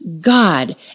God